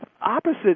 opposite